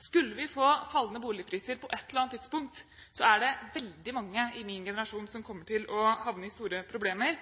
Skulle vi få fallende boligpriser på ett eller annet tidspunkt, er det veldig mange i min generasjon som kommer til å havne i store problemer,